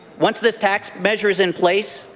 once this tax measure is in place,